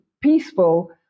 peaceful